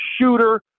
shooter